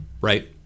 right